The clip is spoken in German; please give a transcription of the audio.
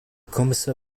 kommissar